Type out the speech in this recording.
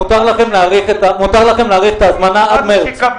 מותר לכם ל האריך את ההזמנה עד חודש מארס.